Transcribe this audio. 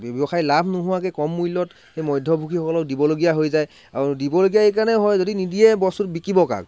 ব্যৱসায়ত লাভ নোহোৱাকৈ কম মূল্যত এই মধ্যভোগীসকলক দিবলগীয়া হৈ যায় আৰু দিবলগীয়া এই কাৰণেই হয় যদি নিদিয়ে বস্তুটো বিকিব কাক